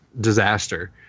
disaster